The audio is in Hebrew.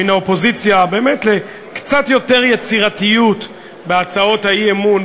מן האופוזיציה באמת לקצת יותר יצירתיות בהצעות האי-אמון,